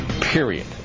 Period